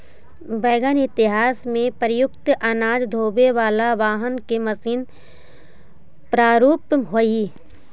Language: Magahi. वैगन इतिहास में प्रयुक्त अनाज ढोवे वाला वाहन के मशीन प्रारूप हई